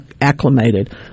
acclimated